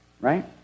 Right